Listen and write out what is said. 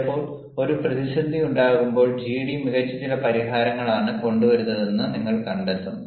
ചിലപ്പോൾ ഒരു പ്രതിസന്ധി ഉണ്ടാകുമ്പോൾ ജിഡി മികച്ച ചില പരിഹാരങ്ങൾ ആണ് കൊണ്ടുവരുന്നതെന്ന് നിങ്ങൾ കണ്ടെത്തും